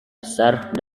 besar